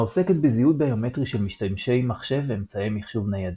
העוסקת בזיהוי ביומטרי של משתמשי מחשב ואמצעי מחשוב ניידים.